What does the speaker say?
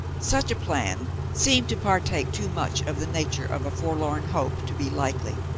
such a plan seemed to partake too much of the nature of a forlorn hope to be likely,